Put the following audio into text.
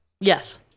Yes